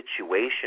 situation